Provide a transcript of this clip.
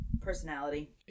personality